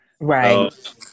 Right